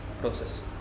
process